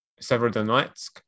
Severodonetsk